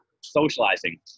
socializing